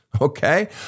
okay